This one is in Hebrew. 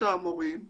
המורים